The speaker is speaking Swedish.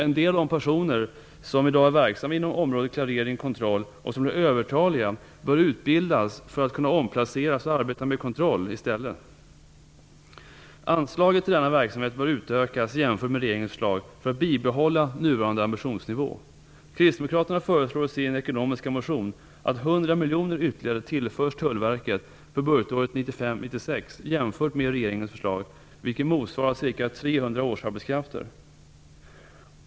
En del av de personer som i dag är verksamma inom området klarering och kontroll och som är övertaliga, bör utbildas för att kunna omplaceras och arbeta med kontroll i stället. Anslaget till denna verksamhet bör utökas jämfört med regeringens förslag för att bibehålla nuvarande ambitionsnivå. Kristdemokraterna föreslår i sin ekonomiska motion att 100 miljoner kronor ytterligare tillförs Tullverket för budgetåret 1995/96 jämfört med regeringens förslag. Det motsvarar ca 300 årsarbetskrafter.